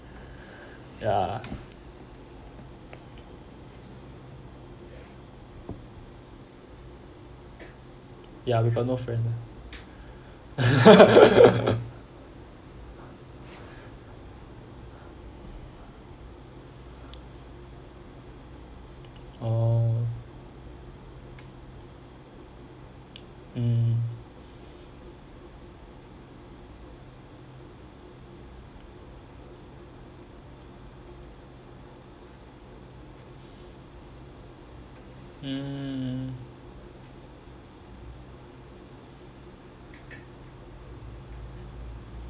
ya ya we got no friends ah oo mm mm